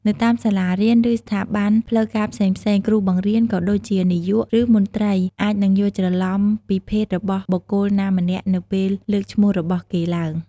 នៅតាមសាលារៀន ឬ ស្ថាប័នផ្លូវការផ្សេងៗ គ្រូបង្រៀន ក៏ដូចជា នាយក និងមន្ត្រីអាចនឹងយល់ច្រឡំពីភេទរបស់បុគ្គលណាម្នាក់នៅពេលលើកឈ្មោះរបស់គេឡើង។